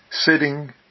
Sitting